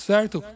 Certo